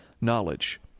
knowledge